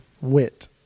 wit